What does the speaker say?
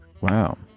Wow